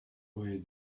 white